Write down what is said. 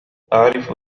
أعرف